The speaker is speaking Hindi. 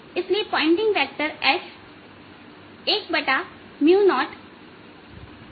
इसलिए पॉइंटिंग वेक्टर S 10 दिया जाएगा